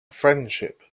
friendship